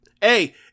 Hey